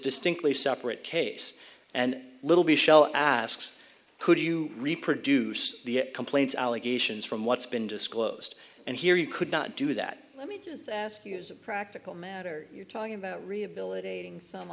distinctly separate case and little b show asks could you reproduce the complaints allegations from what's been disclosed and here you could not do that let me just ask you as a practical matter you're talking about